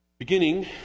Beginning